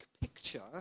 picture